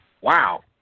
Wow